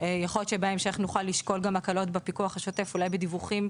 יכול להיות שבהמשך נוכל לשקול הקלות בפיקוח השוטף; אולי בדיווחים,